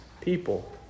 people